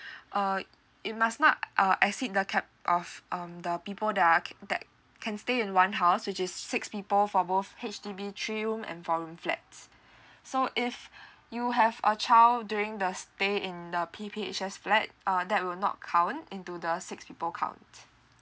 uh it must not uh exceed the cap of um the people that are ca~ that can stay in one house which is six people for both H_D_B three room and four room flats so if you have a child during the stay in the P_P_H_S flat uh that will not count into the six people count